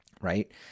right